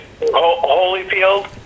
Holyfield